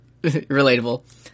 relatable